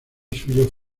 suyo